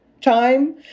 time